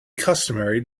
customary